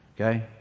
Okay